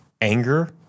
anger